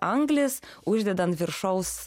anglis uždeda ant viršaus